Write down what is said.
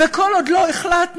וכל עוד לא החלטנו,